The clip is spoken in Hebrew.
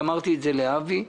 אמרתי את זה לאבי ניסנקורן.